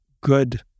good